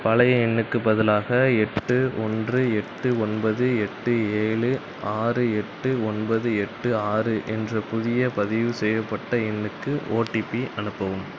பழைய எண்ணுக்குப் பதிலாக எட்டு ஒன்று எட்டு ஒன்பது எட்டு ஏழு ஆறு எட்டு ஒன்பது எட்டு ஆறு என்ற புதிய பதிவு செய்யப்பட்ட எண்ணுக்கு ஓடிபி அனுப்பவும்